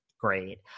great